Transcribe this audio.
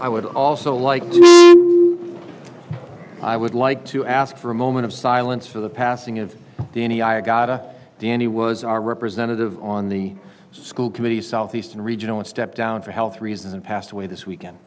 i would also like to i would like to ask for a moment of silence for the passing of danny i gotta danny was our representative on the school committee southeastern region one step down for health reasons and passed away this weekend